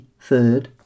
Third